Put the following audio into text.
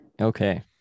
Okay